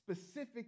specific